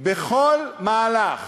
בכל מהלך